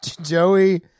Joey